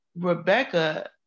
Rebecca